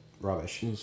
rubbish